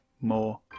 more